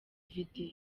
video